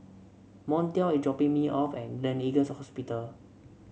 Montel is dropping me off at Gleneagles Hospital